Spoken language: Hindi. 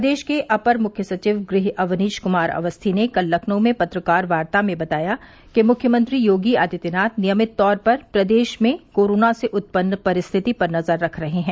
प्रदेश के अपर मुख्य सचिव गृह अवनीश कुमार अवस्थी ने कल लखनऊ में पत्रकार वार्ता में बताया कि मुख्यमंत्री योगी आदित्यनाथ नियमित तौर पर प्रदेश में कोरोना से उत्पन्न परिस्थिति पर नजर रख रहे हैं